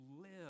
live